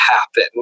happen